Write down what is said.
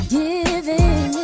giving